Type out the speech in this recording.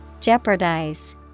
Jeopardize